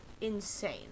insane